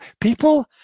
people